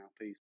Peace